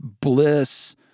bliss